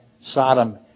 Sodom